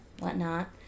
whatnot